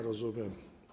Rozumiem.